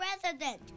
president